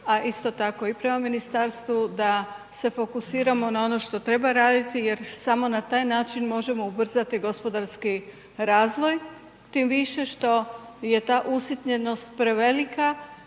a isto tako i prema ministarstvu, da se fokusiramo na ono što treba raditi jer samo na taj način možemo ubrzati gospodarski razvoj. Tim više što je ta usitnjenost prevelika